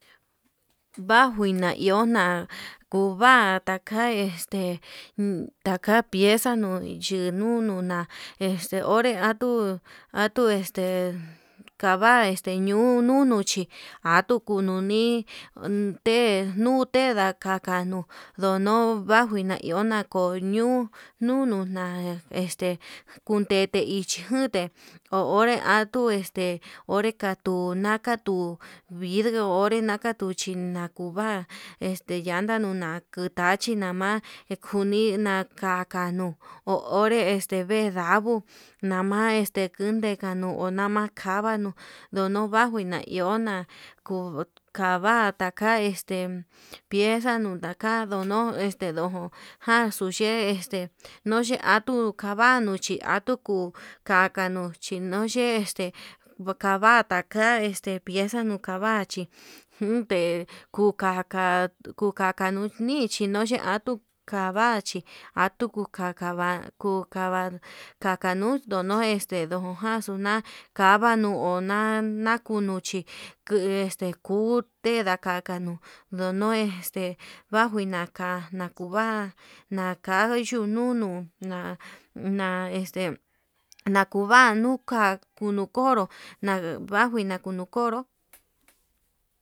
Vajina iona kuva'a taka este taka pieza nuu yinu nuna este onre atuu, atuu este kava'a ñuu nunu chí atuu kununi onde nute ndakaka, nu ndono najiu ndakuna koñu nunu na'a este kundete ichi kunte ho onré atuu te onre atuu, nakatuu vidrio onre nakatu tuchi nakuu va'a este llanda kuna kuta chinama kuni nakaka anuu hu onré este, vedaguu nama este kunde kanuu ho nama kavanuu ndono huajina ihona kuu kava taka este pieza ndutaka ndano'o, este ndo'o jatuu xhe'e este nuye atuu vanuu chi atuku kanda nochi nuyee este kua vata ka'a este pieza nuka vachí, junde kuu kaka kukaka nunichi noi ña'a atuu kavate atuu kuu kakava kakavachi ndikanuu ndono ste nunujaxu na'a kava nuu nuna nuu nunu chí, ku este kute ndakanu ndunu este vanjuna nakuva'a naka yu'u nunu na na este nakuva nuu ka kunuu konró na njujuina ndukunu konró.